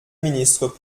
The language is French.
ministre